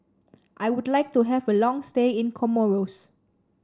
I would like to have a long stay in Comoros